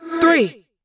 three